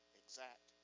exact